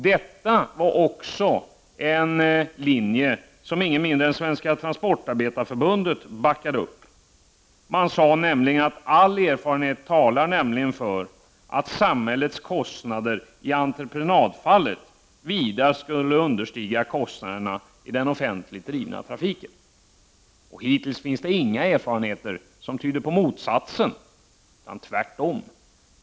Denna linje backades också upp av Svenska transportarbetareförbundet. Förbundet uttalade att all erfarenhet talar för att samhällets kostnader i entreprenadfallet vida understiger kostnaderna i den offentligt drivna trafiken. Det finns hittills inga erfarenheter som tyder på motsatsen — tvärtom.